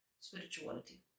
spirituality